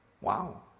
wow